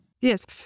Yes